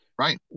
Right